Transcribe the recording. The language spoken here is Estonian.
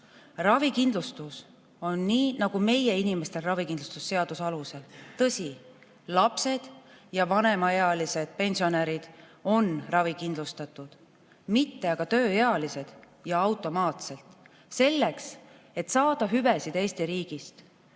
Ravikindlustus on nii nagu meie inimestel ravikindlustusseaduse alusel. Tõsi, lapsed ja vanemaealised, pensionärid on ravikindlustatud, mitte aga tööealised ja automaatselt. Selleks, et saada hüvesid Eesti riigis,